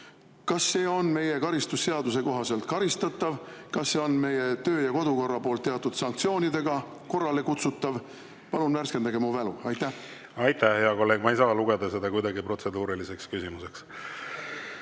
Kas see on meie karistusseadustiku kohaselt karistatav? Kas see on meie töö- ja kodukorra kohaselt teatud sanktsioonidega korrale kutsutav? Palun värskendage mu mälu. Aitäh, hea kolleeg! Ma ei saa seda kuidagi lugeda protseduuriliseks küsimuseks.